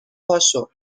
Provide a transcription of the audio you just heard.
پاشو